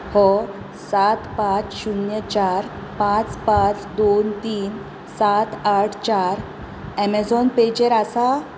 हो सात पांच शून्य चार पांच पांच दोन तीन सात आठ चार अमेझॉन पेचेर आसा